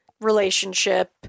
relationship